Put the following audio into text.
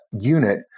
unit